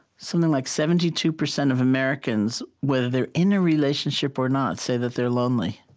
something like seventy two percent of americans, whether they're in a relationship or not, say that they're lonely.